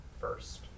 first